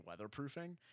weatherproofing